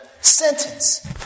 Sentence